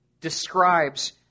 describes